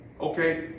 Okay